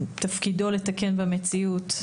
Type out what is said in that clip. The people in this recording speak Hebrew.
תפקידו לתקן במציאות,